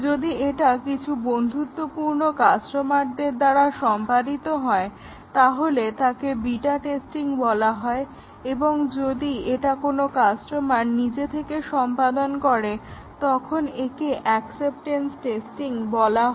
যদি এটা কিছু বন্ধুত্বপূর্ণ কাস্টমারদের দ্বারা সম্পাদিত হয় তাহলে তাকে বিটা টেস্টিং বলা হয় এবং যদি এটা কোনো কাস্টমার নিজে থেকে সম্পাদন করে তখন একে অ্যাকসেপ্টটেন্স টেস্টিং বলা হয়